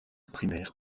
primaire